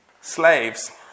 Slaves